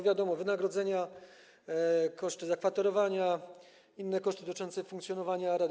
Wiadomo - wynagrodzenia, koszty zakwaterowania, inne koszty dotyczące funkcjonowania rady.